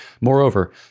Moreover